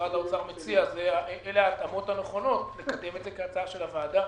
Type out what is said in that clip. שמשרד האוצר מציע התאמות נכונות נקדם את זה כהצעה של הוועדה.